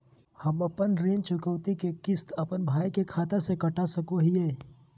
हम अपन ऋण चुकौती के किस्त, अपन भाई के खाता से कटा सकई हियई?